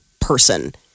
person